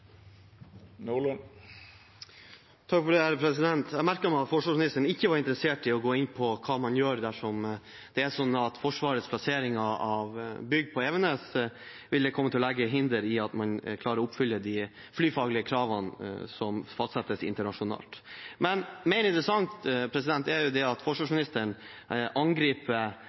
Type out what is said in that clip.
Jeg merket meg at forsvarsministeren ikke var interessert i å gå inn på hva man gjør dersom Forsvarets plassering av bygg på Evenes vil komme til å legge hinder for at man klarer å oppfylle de flyfaglige kravene som fastsettes internasjonalt. Men mer interessant er det at forsvarsministeren angriper